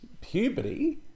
puberty